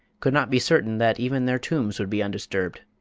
could not be certain that even their tombs would be undisturbed.